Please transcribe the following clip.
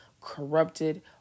corrupted